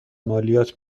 مالیات